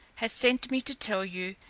has sent me to tell you,